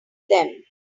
them